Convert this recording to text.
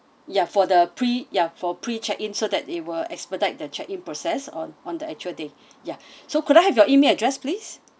ya for the pre ya for pre check in so that it will expedite the check in process on on the actual day ya so could I have your email address please